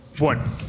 One